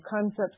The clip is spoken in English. concepts